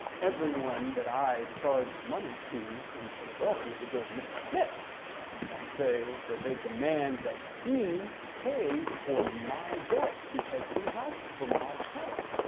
everyone that i charged money to in philadelphia would go to mr. smith and say that they demand that he pay for my debt because he vouched for my credit.